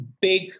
big